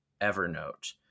Evernote